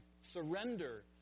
surrender